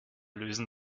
lösen